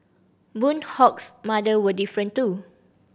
Boon Hock's mother were different too